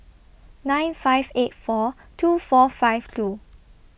nine five eight four two four five two